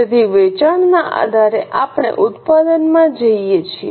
તેથી વેચાણના આધારે આપણે ઉત્પાદનમાં જઈએ છીએ